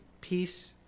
peace